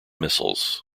missiles